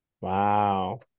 Wow